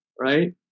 right